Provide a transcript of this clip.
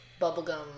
Bubblegum